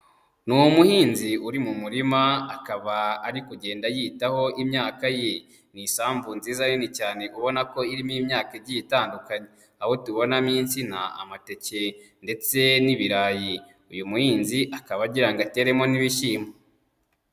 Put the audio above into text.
Ni umuhinzi uri mu murima akaba ari kugenda yitaho imyaka ye, ni isambu nziza nini cyane ubona ko irimo imyaka igiye itandukanye, aho tubonamo insina, amateke ndetse n'ibirayi, uyu muhinzi akaba agira ngo ateremo n'ibishyimbo.